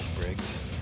Briggs